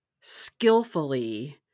skillfully